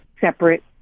separate